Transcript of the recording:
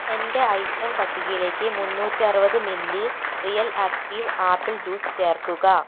എന്റെ ഐറ്റം പട്ടികയിലേക്ക് മൂന്നൂറ്ററുപത് milli real active apple juice ചേർക്കുക